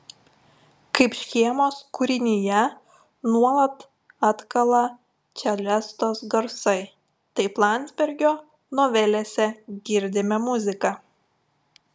kaip škėmos kūrinyje nuolat atkala čelestos garsai taip landsbergio novelėse girdime muziką